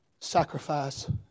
sacrifice